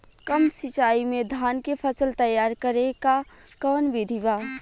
कम सिचाई में धान के फसल तैयार करे क कवन बिधि बा?